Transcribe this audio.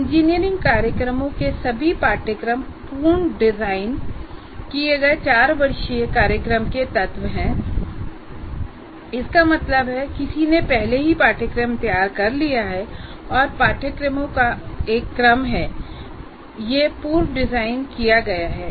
engineering कार्यक्रमों के सभी पाठ्यक्रम पूर्व डिज़ाइन किए गए 4 वर्षीय कार्यक्रम के तत्व हैं इसका मतलब है किसी ने पहले ही पाठ्यक्रम तैयार कर लिया है और पाठ्यक्रमों का एक क्रम है और यह पूर्व डिज़ाइन किया गया है